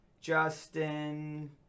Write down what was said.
Justin